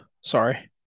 Sorry